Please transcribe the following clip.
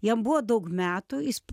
jam buvo daug metų jis